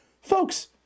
folks